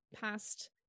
past